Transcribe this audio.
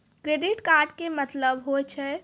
Credit card के मतलब होय छै?